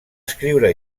escriure